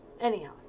Anyhow